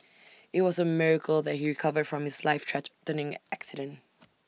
IT was A miracle that he recovered from his life threatening accident